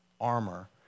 armor